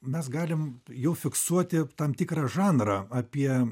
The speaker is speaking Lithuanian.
mes galim jau fiksuoti tam tikrą žanrą apie